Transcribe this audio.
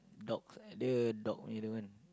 dogs either dog or the other one